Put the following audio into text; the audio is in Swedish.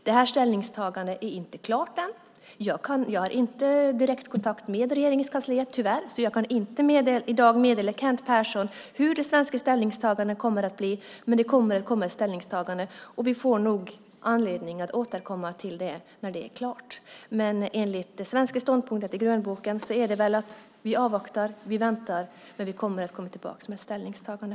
Det ställningstagandet är inte klart än. Jag har inte direktkontakt med Regeringskansliet, tyvärr, så jag kan inte i dag meddela Kent Persson hur det svenska ställningstagandet kommer att bli, men det kommer. Vi får nog anledning att återkomma till det när det är klart. Den svenska ståndpunkten är att vi avvaktar, vi väntar, men vi kommer att komma tillbaka med ett ställningstagande.